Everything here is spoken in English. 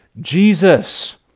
Jesus